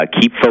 Keep